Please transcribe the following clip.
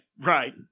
Right